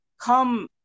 come